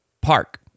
Park